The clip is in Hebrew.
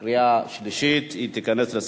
בעד, 11, אין מתנגדים.